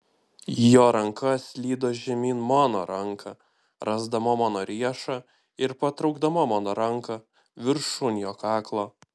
jo ranka slydo žemyn mano ranką rasdama mano riešą ir patraukdama mano ranką viršun jo kaklo